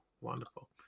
wonderful